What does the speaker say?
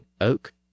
oak